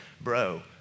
bro